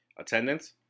attendance